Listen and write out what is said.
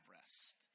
rest